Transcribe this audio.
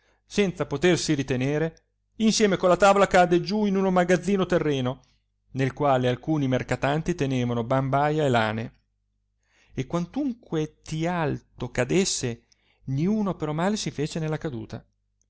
senza potersi ritenere insieme con la tavola cade giù in uno magazino terreno nel quale alcuni mercatanti tenevano bambaia e lane e quantunque di alto cadesse niuno però male si fece nella caduta